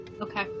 Okay